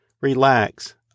relax